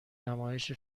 نمایش